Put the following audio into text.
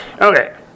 Okay